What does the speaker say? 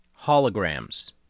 holograms